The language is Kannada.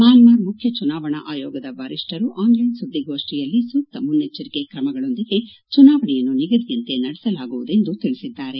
ಮ್ಯಾನ್ಮಾರ್ ಮುಖ್ಯ ಚುನಾವಣಾ ಆಯೋಗದ ವರಿಷ್ಠರು ಆನ್ಲೈನ್ ಸುದ್ದಿಗೋಷ್ಠಿಯಲ್ಲಿ ಸೂಕ್ತ ಮುನ್ನೆಜ್ಜರಿಕೆ ತ್ರಮಗಳೊಂದಿಗೆ ಚುನಾವಣೆಯನ್ನು ನಿಗದಿಯಂತೆ ನಡೆಸಲಾಗುವುದೆಂದು ತಿಳಿಸಿದ್ದಾರೆ